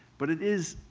but it is,